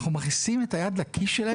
אנחנו מכניסים את היד לכיס שלהם,